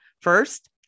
First